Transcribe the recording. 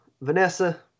Vanessa